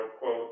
quote